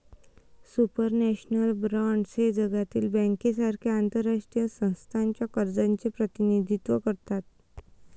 supranational bonds हे जागतिक बँकेसारख्या आंतरराष्ट्रीय संस्थांच्या कर्जाचे प्रतिनिधित्व करतात